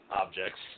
objects